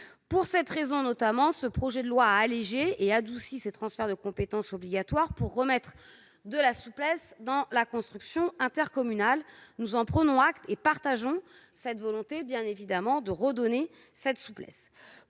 Pour cette raison, notamment, ce projet de loi a allégé et « adouci » ces transferts de compétences obligatoires pour remettre de la souplesse dans la construction intercommunale. Nous en prenons acte et partageons cette volonté. Pour autant, et parce qu'il